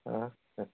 हा हा